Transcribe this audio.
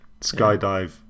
skydive